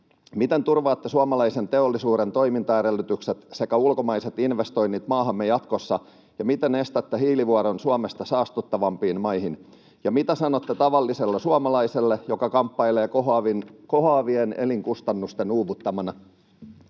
miten turvaatte suomalaisen teollisuuden toimintaedellytykset sekä ulkomaiset investoinnit maahamme jatkossa ja miten estätte hiilivuodon Suomesta saastuttavampiin maihin? Ja mitä sanotte tavalliselle suomalaiselle, joka kamppailee kohoavien elinkustannusten uuvuttamana?